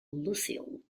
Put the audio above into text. lucille